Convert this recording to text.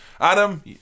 Adam